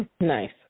Nice